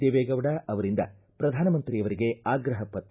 ದೇವೇಗೌಡ ಅವರಿಂದ ಪ್ರಧಾನಮಂತ್ರಿಯವರಿಗೆ ಆಗ್ರಹ ಪತ್ರ